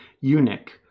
eunuch